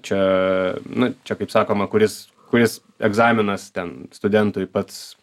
čia nu čia kaip sakoma kuris kuris egzaminas ten studentui pats